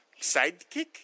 Sidekick